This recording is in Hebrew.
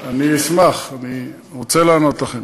אני אשמח, אני רוצה לענות לכם.